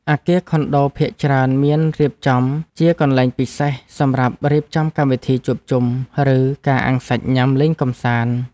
អគារខុនដូភាគច្រើនមានរៀបចំជាកន្លែងពិសេសសម្រាប់រៀបចំកម្មវិធីជួបជុំ ឬការអាំងសាច់ញ៉ាំលេងកម្សាន្ត។